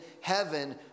heaven